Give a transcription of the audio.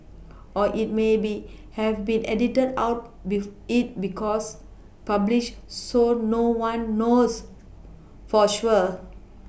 or it may be have been edited out be it was published so no one knows for sure